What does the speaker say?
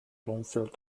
bloomfield